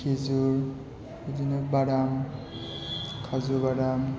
खिजुर बिदिनो बादाम खाजु बादाम